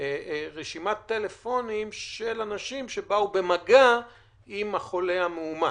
רשימת טלפונים של אנשים שבאו במגע עם החולה המאומת.